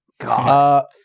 God